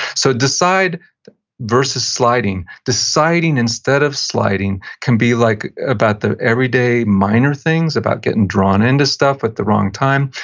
so, decide versus sliding. deciding instead of sliding can be like about the everyday minor things, about getting drawn into stuff at the wrong time,